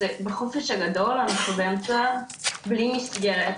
זה בחופש הגדול אנחנו בלי מסגרת,